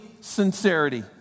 sincerity